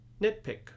nitpick